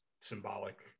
symbolic